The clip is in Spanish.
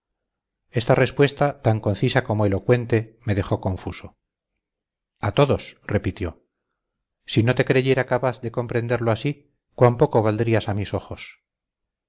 esta respuesta tan concisa como elocuente me dejó confuso a todos repitió si no te creyera capaz de comprenderlo así cuán poco valdrías a mis ojos